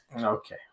okay